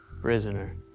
Prisoner